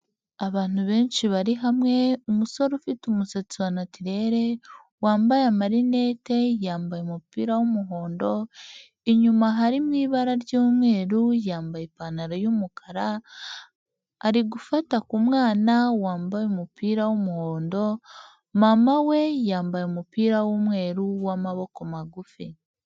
Abantu benshi bari hamwe umusore ufite umusatsi wa natirere wambaye amarinete yambaye umupira w'umuhondo, inyuma harimo ibara ry'umweru yambaye ipantaro y'umukara ari gufata ku mwana wambaye umupira w'umuhondo, mama we yambaye umupira w'umweru w'amaboko magufi.